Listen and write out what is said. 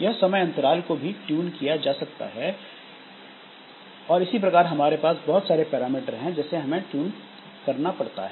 यह समय अंतराल भी ट्यून किया जा सकने वाला पैरामीटर है और इसी प्रकार हमारे पास बहुत सारे पैरामीटर हैं जिन्हें ट्यून किया जा सकता है